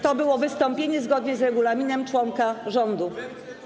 To było wystąpienie zgodnie z regulaminem członka rządu.